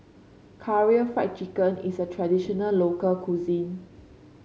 Karaage Fried Chicken is a traditional local cuisine